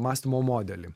mąstymo modelį